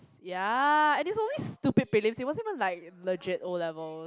ya and it's only stupid prelims it wasn't even like legit O-levels